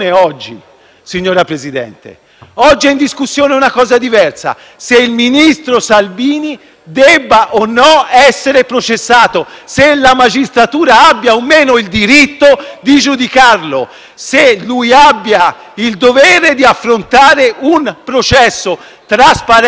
debba essere processato o no, se la magistratura abbia o no il diritto di giudicarlo, se egli abbia il dovere di affrontare un processo trasparente, chiaro e limpido di fronte agli italiani, se gli italiani abbiano o no il dovere